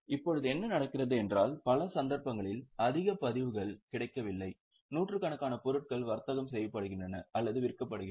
இப்போது என்ன நடக்கிறது என்றால் பல சந்தர்ப்பங்களில் அதிக பதிவுகள் கிடைக்கவில்லை நூற்றுக்கணக்கான பொருட்கள் வர்த்தகம் செய்யப்படுகின்றன அல்லது விற்கப்படுகின்றன